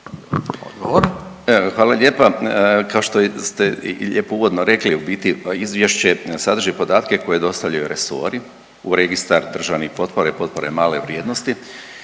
Hvala lijepa. Kao što ste i lijepo uvodno rekli, u biti, Izvješće sadrži podatke koje dostavljaju resori u Registar državnih potpora i potpora male vrijednosti